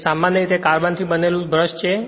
તે સામાન્ય રીતે કાર્બનથી બનેલું બ્રશ છે